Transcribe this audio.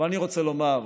אבל אני רוצה לומר,